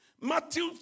Matthew